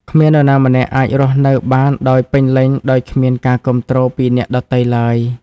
គ្មាននរណាម្នាក់អាចរស់នៅបានដោយពេញលេញដោយគ្មានការគាំទ្រពីអ្នកដទៃឡើយ។